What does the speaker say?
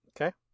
Okay